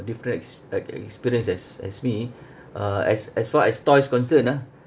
different ex~ e~ experience as as me uh as as far as toys concern ah